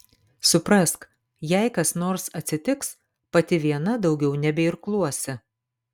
suprask jei kas nors atsitiks pati viena daugiau nebeirkluosi